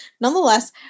nonetheless